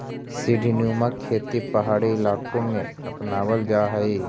सीढ़ीनुमा खेती पहाड़ी इलाकों में अपनावल जा हई